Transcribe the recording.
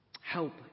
Help